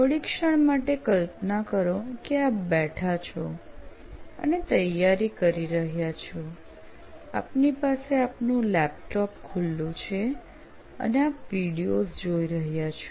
થોડી ક્ષણ માટે કલ્પના કરો કે આપ બેઠા છો અને તૈયારી કરી રહ્યા છો આપની પાસે આપનું લેપટોપ ખુલ્લું છે અને આપ વિડિઓઝ જોઈ રહ્યા છો